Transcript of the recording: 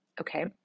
Okay